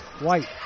White